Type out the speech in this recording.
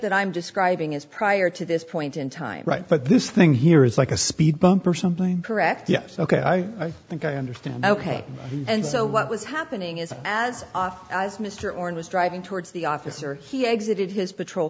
that i'm describing is prior to this point in time right but this thing here is like a speed bump or something correct yes ok i think i understand ok and so what was happening is as off as mr oren was driving towards the officer he exited his patrol